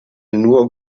nur